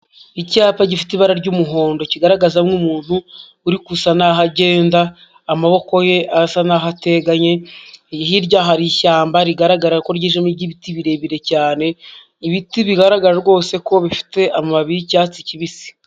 Icyapa gifite ibara ry'umuhondo kigaragaza nk'umuntu uri gusa n'aho agenda, amaboko ye asa n'aho ateganye, hirya hari ishyamba rigaragara ko ryijimye, ry'ibiti birebire cyane, ibiti bigaragara rwose ko bifite amababi y'icyatsi kibisi.